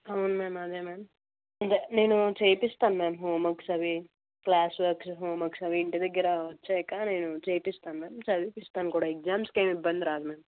అవును మ్యామ్ అదే మ్యామ్ ఇక నేను చేయిపిస్తాను మ్యామ్ హోమ్వర్క్స్ అవీ క్లాస్వర్క్స్ హోంవర్క్స్ అవీ ఇంటి దగ్గర వచ్చాక నేను చేపిస్తాను మ్యామ్ చదివిపిస్తాను కూడా ఎగ్జామ్స్కి ఏం ఇబ్బంది రాదు మ్యామ్